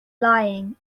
lying